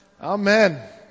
Amen